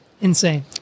insane